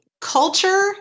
culture